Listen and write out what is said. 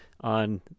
on